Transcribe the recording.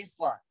baseline